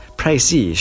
pricey